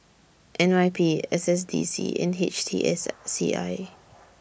N Y P S S D C and H T S C I